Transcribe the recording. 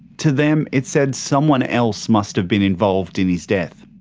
to them, it said someone else must've been involved in his death.